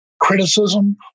criticism